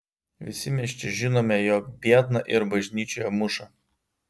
visi mes čia žinome jog biedną ir bažnyčioje muša